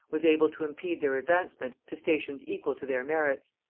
was able to impede their advancement to stations equal to their merits.